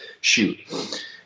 shoot